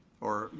or, you